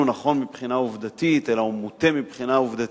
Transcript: נכון מבחינה עובדתית אלא הוא מוטה מבחינה עובדתית,